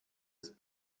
ist